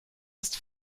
ist